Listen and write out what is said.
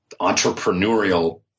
entrepreneurial